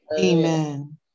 Amen